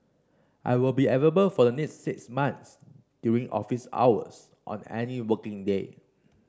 I will be available for the next six months during office hours on any working day